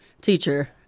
teacher